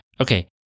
Okay